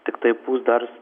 tiktai pūs dar